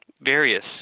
various